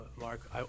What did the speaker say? mark